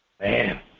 Man